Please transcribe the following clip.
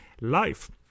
life